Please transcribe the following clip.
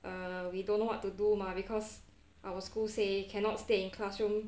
uh we don't know what to do mah because our school say cannot stay in classroom